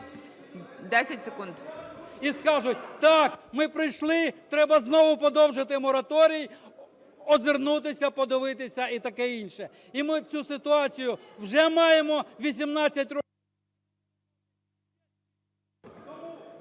ШВЕРК Г.А. І скажуть: "Так, ми прийшли, треба знову подовжити мораторій, озирнутися, подивитися і таке ніше". І ми цю ситуацію вже маємо 18 років…